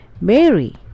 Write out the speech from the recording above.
Mary